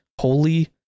holy